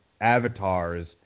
avatars